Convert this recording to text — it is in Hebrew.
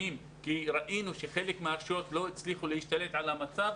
ראינו שחלק מהרשויות לא הצליחו להשתלט על המצב.